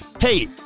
Hey